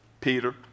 Peter